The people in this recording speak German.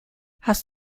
hast